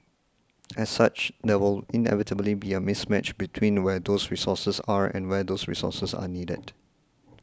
as such there will inevitably be a mismatch between where those resources are and where those resources are needed